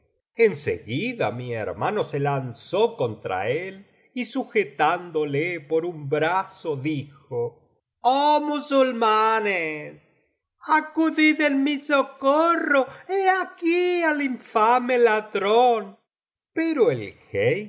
seguida mi hermano se lanzó contra él y sujetándole por un brazo dijo oh musulmanes acudid biblioteca valenciana generalitat valenciana las mil noches y una noche en mi socorro he aquí al infame ladrón pero el